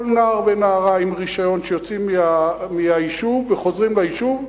כל נער ונערה עם רשיון שיוצאים מהיישוב וחוזרים ליישוב,